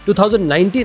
2019